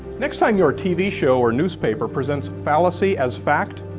next time your tv show or newspaper presents fallacy as fact,